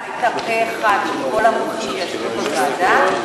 ההחלטה של כל המומחים שישבו בוועדה הייתה פה-אחד?